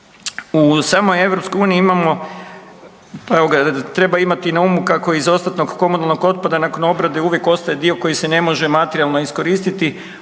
U samoj EU imamo, treba imati na umu kako iz dostatnog komunalnog otpada nakon obrade uvijek ostaje dio koji se ne može materijalno iskoristiti,